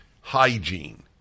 hygiene